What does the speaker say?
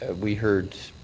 and we heard